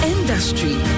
Industry